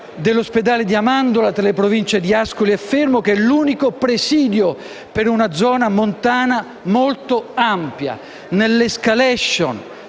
dell'ospedale di Amandola, tra le province di Ascoli e Fermo, che è l'unico presidio per una zona montana molto ampia. Nell'*escalation*